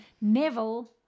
Neville